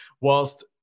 whilst